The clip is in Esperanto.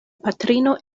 patrino